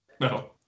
No